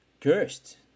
cursed